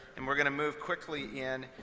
and we're going to move quickly in.